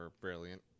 brilliant